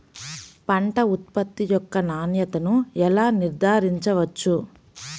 పంట ఉత్పత్తి యొక్క నాణ్యతను ఎలా నిర్ధారించవచ్చు?